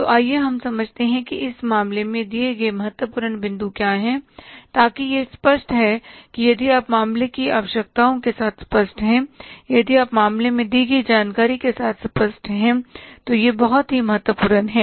तो आइए हम समझते हैं कि इस मामले में दिए गए महत्वपूर्ण बिंदु क्या हैं ताकि यदि हम मतलब कि यदि आप मामले की आवश्यकताओं के साथ स्पष्ट हैं यदि आप मामले में दी गई जानकारी के साथ स्पष्ट हैं तो यह बहुत ही महत्वपूर्ण है